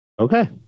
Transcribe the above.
Okay